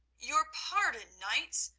your pardon, knights,